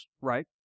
Right